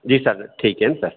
जी sir ठीक है ना सर